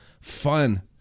fun